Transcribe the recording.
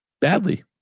badly